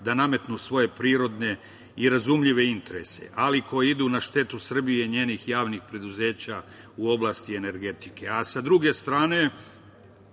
da nametnu svoje prirodne i razumljive interese, ali koji idu na štetu Srbije i njenih javnih preduzeća u oblasti energetike.